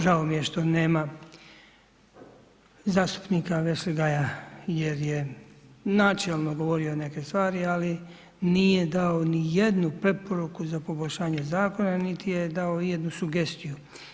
Žao mi je što nema zastupnika Vešligaja jer je načelno govorio neke stvari, ali nije dao ni jednu preporuku za poboljšanje zakona niti je dao ijednu sugestiju.